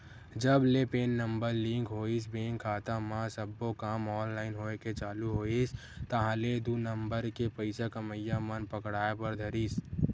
जब ले PAN number link होइस बेंक खाता म सब्बो काम ऑनलाइन होय के चालू होइस ताहले दू नंबर के पइसा कमइया मन पकड़ाय बर धरिस